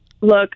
Look